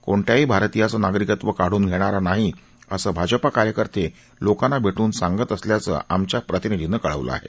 कोणत्याही भारतीयाचं नागरिकत्व काढून घेणारा नाही असं भाजपा कार्यकर्ते लोकांना भेटून सांगत असल्याचं आमच्या प्रतिनिधीनं कळवलं आहे